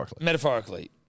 Metaphorically